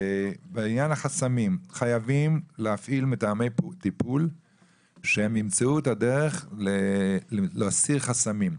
בעניין החסמים חייבים להפעיל מתאמי טיפול שימצאו את הדרך להסיר חסמים.